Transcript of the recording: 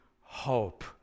hope